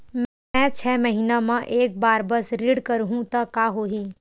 मैं छै महीना म एक बार बस ऋण करहु त का होही?